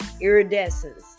Iridescence